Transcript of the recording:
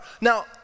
Now